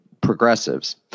progressives